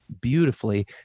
beautifully